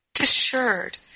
assured